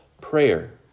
prayer